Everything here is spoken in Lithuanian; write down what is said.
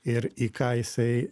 ir į ką jisai